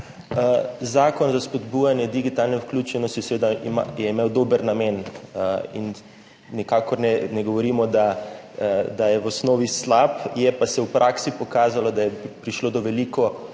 Zakon za spodbujanje digitalne vključenosti seveda je imel dober namen in nikakor ne govorimo, da je v osnovi slab. Se je pa v praksi pokazalo, da je prišlo do veliko